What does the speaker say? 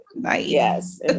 Yes